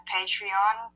Patreon